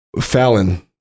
fallon